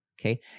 Okay